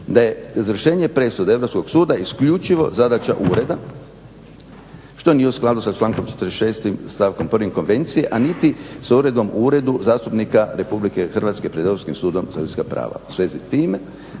da je izvršenje presude Europskog suda isključivo zadaća ureda što nije u skladu sa člankom 46.stavkom 1. Konvencije, a niti s Uredom zastupnika RH pred Europskim sudom za ljudska prava. U svezi s time